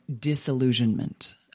Disillusionment